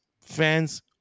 fans